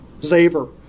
Zaver